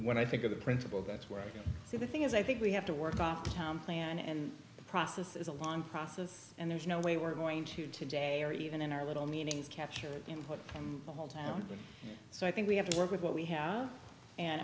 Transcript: of the principle that's where i can see the thing is i think we have to work on time plan and the process is a long process and there's no way we're going to today or even in our little meetings capture input from the whole town so i think we have to work with what we have and